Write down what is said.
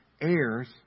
heirs